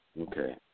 Okay